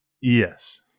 Yes